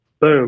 Boom